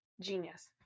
genius